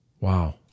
Wow